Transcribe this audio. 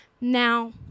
Now